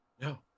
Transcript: No